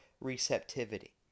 receptivity